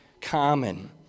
common